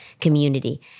community